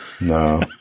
No